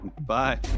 Bye